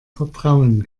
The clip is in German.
vertrauen